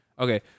Okay